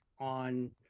on